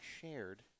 shared